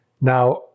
Now